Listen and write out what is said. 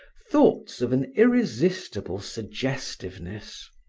thoughts of an irresistible suggestiveness,